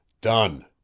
Done